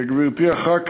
גברתי חברת הכנסת,